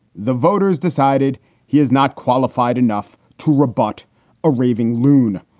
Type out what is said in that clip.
the voters decided he is not qualified enough to rebut a raving loon.